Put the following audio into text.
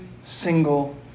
single